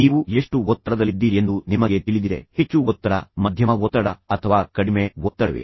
ನೀವು ಎಷ್ಟು ಒತ್ತಡದಲ್ಲಿದ್ದೀರಿ ಎಂದು ನಿಮಗೆ ತಿಳಿದಿದೆ ಹೆಚ್ಚು ಒತ್ತಡ ಮಧ್ಯಮ ಒತ್ತಡ ಅಥವಾ ಕಡಿಮೆ ಒತ್ತಡವೇ